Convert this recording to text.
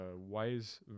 wise